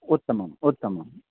उत्तमम् उत्तमम्